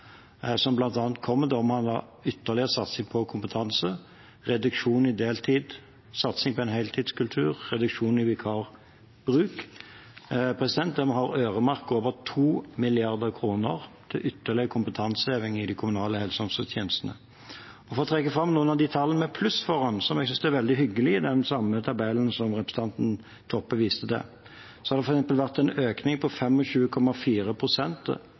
som bl.a. kommer med en ytterligere satsing på kompetanse, reduksjon i deltid, satsing på en heltidskultur og reduksjon i vikarbruken. Vi har øremerket over 2 mrd. kr til en ytterligere kompetanseheving i de kommunale helse- og omsorgstjenestene. For å trekke fram noen av tallene med pluss foran seg, som jeg synes er veldig hyggelig, i den samme tabellen som representanten Toppe viste til: Det har f.eks. vært en økning på 25,4 pst. blant ergoterapeutene. Det har vært en økning på